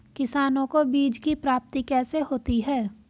किसानों को बीज की प्राप्ति कैसे होती है?